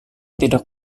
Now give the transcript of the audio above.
tidak